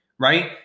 right